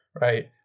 Right